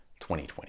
2020